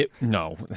No